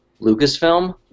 Lucasfilm